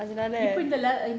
இப்போ இந்த:ippo intha